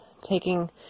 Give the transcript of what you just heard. taking